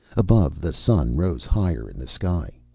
above, the sun rose higher in the sky.